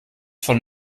von